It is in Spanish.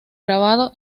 grabado